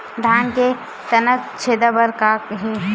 धान के तनक छेदा बर का हे?